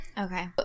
Okay